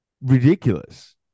ridiculous